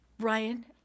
Ryan